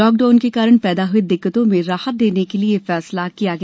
lockdown के कारण पैदा हुई दिक्कतों में राहत देने के लिए यह फैसला किया गया